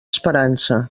esperança